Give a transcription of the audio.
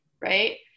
right